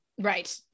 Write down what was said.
Right